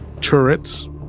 turrets